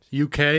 UK